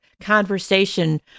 conversation